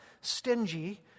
stingy